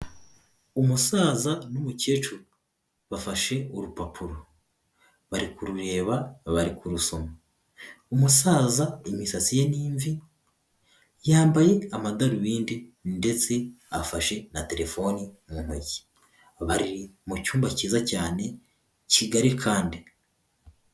Umusaza n'umukecuru. Bafashe urupapuro. Bari kurureba bari kurusoma. Umusaza imisatsi ye n'imvi, yambaye amadarubindi ndetse afashe na telefone mu ntoki. Bari mu cyumba cyiza cyane, kigari kandi.